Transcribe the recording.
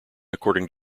according